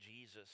Jesus